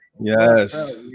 Yes